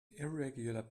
irregular